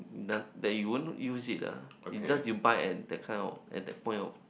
noth~ that you won't use it ah it's you just you buy at that kind of at that point of